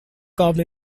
carved